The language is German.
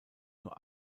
nur